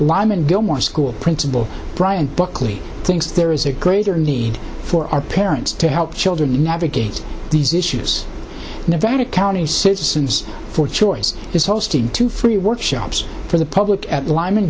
lyman gilmore school principal brian buckley thinks there is a greater need for our parents to help children navigate these issues nevada county citizens for choice is hosting two free workshops for the public at lyman